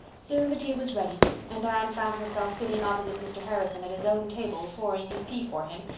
soon the tea was ready and anne found herself sitting opposite mr. harrison at his own table, pouring his tea for him,